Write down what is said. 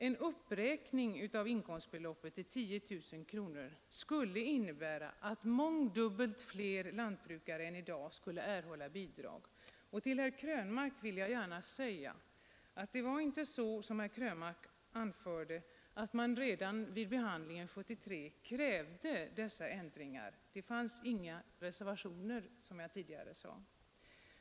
En uppräkning av inkomstbeloppet till 10 000 kronor skulle innebära att mångdubbelt fler lantbrukare än i dag skulle erhålla bidrag. Till herr Krönmark vill jag säga att det inte förhåller sig som herr Krönmark anförde, nämligen att man redan vid behandlingen 1973 krävde dessa ändringar. Det fanns, som jag tidigare sade, inga reservationer.